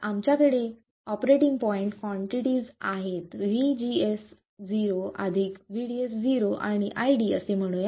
आमच्याकडे operating point quantities आहेत VSG0 आणि VSD0 आणि ID असे म्हणू या